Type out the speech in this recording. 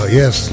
yes